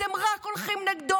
אתם רק הולכים נגדו,